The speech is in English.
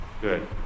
Good